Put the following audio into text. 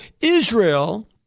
Israel